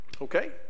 Okay